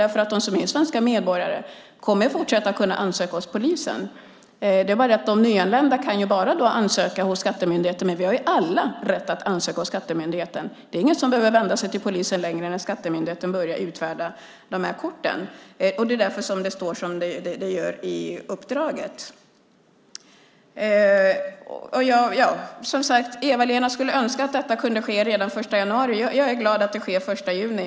De som är svenska medborgare kommer ju att fortsätta att kunna ansöka hos polisen. De nyanlända kan däremot bara ansöka hos skattemyndigheten. Men vi har alla rätt att ansöka hos skattemyndigheten. Det är ingen som behöver vända sig till polisen längre när skattemyndigheten börjar utfärda de här korten. Det är därför som det står som det gör i uppdraget. Eva-Lena skulle, som sagt, önska att detta kunde ske redan den 1 januari. Jag är glad över att det sker den 1 juni.